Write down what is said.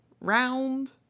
round